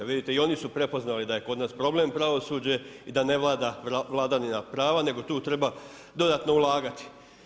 Vidite i oni su prepoznali da je kod nas problem pravosuđe i da ne vlada vladavina prava, nego tu treba dodatno ulagati.